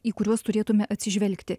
į kuriuos turėtume atsižvelgti